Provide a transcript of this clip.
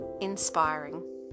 inspiring